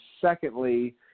secondly